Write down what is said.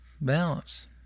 balance